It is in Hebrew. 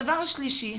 הדבר השלישי,